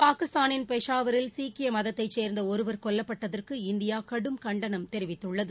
பாகிஸ்தானின் பெஷாவரில் சீக்கிய மதத்தைச் சோ்ந்த ஒருவர் கொல்லப்பட்டதற்கு இந்தியா கடும் கண்டனம் தெரிவித்துள்ளது